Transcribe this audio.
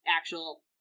actual